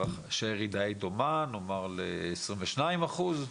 שהירידה היא דומה, נאמר, לעשרים ושניים אחוז.